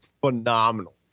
phenomenal